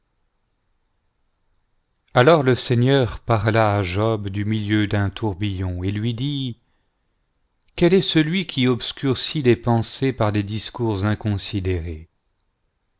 alors le seigneur parla à job da milieu d'un tourbillon et lui dit quel est celui qui obscurcit les pensées par des discours inconsidérés